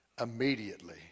Immediately